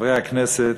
חברי הכנסת,